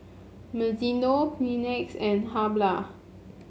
Mizuno Kleenex and Habhal